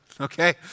Okay